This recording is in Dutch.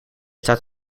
staat